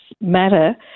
matter